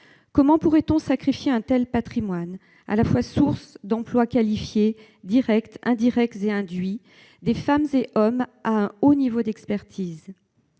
Comment pourrait-on sacrifier un tel patrimoine, source d'emplois qualifiés, directs, indirects et induits pour des femmes et des hommes dotés d'un haut niveau d'expertise ?